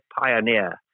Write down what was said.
pioneer